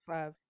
Five